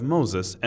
Moses